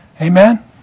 Amen